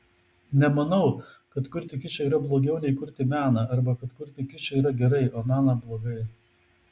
nemanau kad kurti kičą yra blogiau nei kurti meną arba kad kurti kičą yra gerai o meną blogai